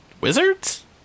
wizards